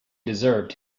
deserved